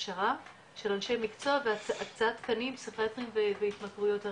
הכשרה של אנשי מקצוע והקצאת תקנים לפסיכיאטרים בהתמכרויות.